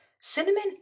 cinnamon